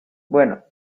bueno